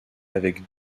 avec